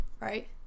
right